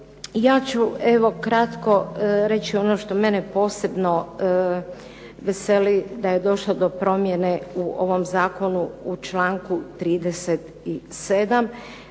Ja ću evo kratko reći ono što mene posebno veseli da je došlo do promjene u ovom zakonu u članku 37.